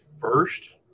first